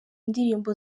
indirimbo